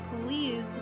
please